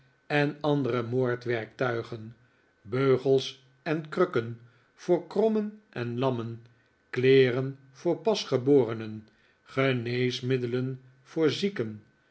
en andere moordwerktuigen beugels en krukken voor krommen en lammen kleeren voor pasgeborenen geneesmiddelen voor zieken